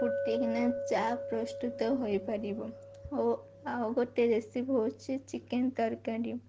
ଫୁଟିକିନା ଚା ପ୍ରସ୍ତୁତ ହୋଇପାରିବ ଓ ଆଉ ଗୋଟେ ରେସିପି ହେଉଛି ଚିକେନ୍ ତରକାରୀ